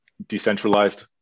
Decentralized